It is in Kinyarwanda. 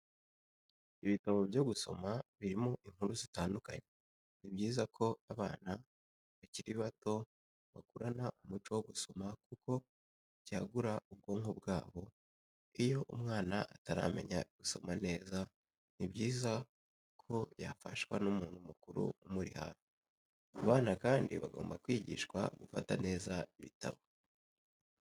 Ibitabo byo gusoma birimo inkuru zitandukanye, ni byiza ko abana bakiri bato bakurana umuco wo gusoma kuko byagura ubwonko bwabo iyo umwana ataramenya gusoma neza ni byiza ko yafashwa n'umuntu mukuru umuri hafi. abana kandi bagomba kwigishwa gufata neza ibitabo.